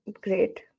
Great